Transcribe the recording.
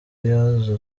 yazo